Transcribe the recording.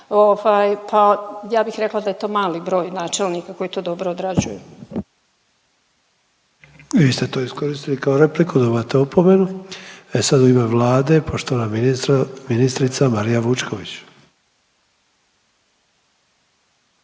pa ja bih rekla da je to mali broj načelnika koji to dobro odrađuju. **Sanader, Ante (HDZ)** Vi ste to iskoristili kao repliku, dobivate opomenu. E sad u ime Vlade poštovana ministra, ministrica Marija Vučković.